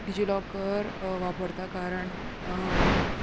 DigiLocker वापरतां कारण